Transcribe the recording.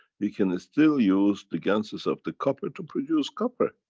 you can still use the ganses of the copper to produce copper.